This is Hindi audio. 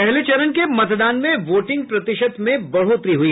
पहले चरण के मतदान में वोटिंग प्रतिशत में बढ़ोतरी हुई